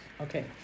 Okay